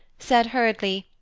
said hurriedly,